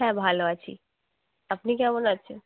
হ্যাঁ ভালো আছি আপনি কেমন আছেন